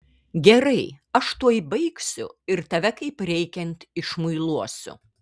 gerai aš tuoj baigsiu ir tave kaip reikiant išmuiluosiu